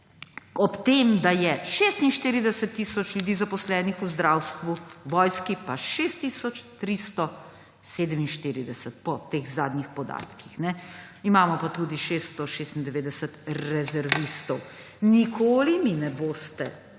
Ob tem, da je 46 tisoč ljudi zaposlenih v zdravstvu, v vojski pa 6 tisoč 347, po teh zadnjih podatkih. Imamo pa tudi 696 rezervistov. Nikoli mi ne boste